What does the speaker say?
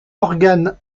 organe